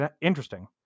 interesting